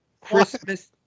Christmas